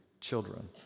children